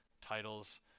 titles